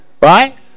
Right